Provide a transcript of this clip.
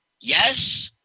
yes